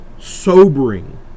sobering